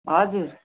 हजुर